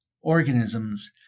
organisms